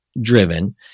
driven